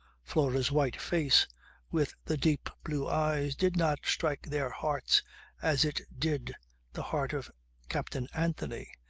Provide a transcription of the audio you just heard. flora's white face with the deep blue eyes did not strike their hearts as it did the heart of captain anthony,